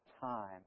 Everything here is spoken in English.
time